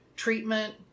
treatment